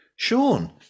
sean